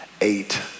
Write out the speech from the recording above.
eight